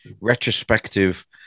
retrospective